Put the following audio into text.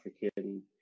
African